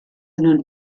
nun